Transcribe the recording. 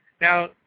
Now